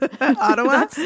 Ottawa